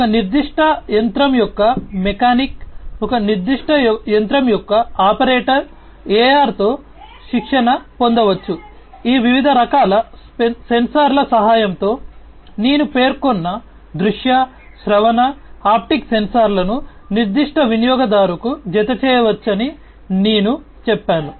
ఒక నిర్దిష్ట యంత్రం యొక్క మెకానిక్ ఒక నిర్దిష్ట యంత్రం యొక్క ఆపరేటర్ AR తో శిక్షణ పొందవచ్చు ఈ వివిధ రకాల సెన్సార్ల సహాయంతో నేను పేర్కొన్న దృశ్య శ్రవణ హాప్టిక్ సెన్సార్లను నిర్దిష్ట వినియోగదారుకు జతచేయవచ్చని నేను చెప్పాను